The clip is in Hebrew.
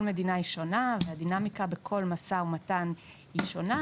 כל מדינה היא שונה והדינמיקה בכל משא ומתן היא שונה,